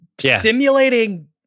simulating